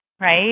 right